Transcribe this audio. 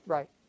Right